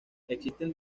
existen